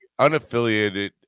unaffiliated